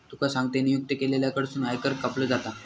तुका सांगतंय, नियुक्त केलेल्या कडसून आयकर कापलो जाता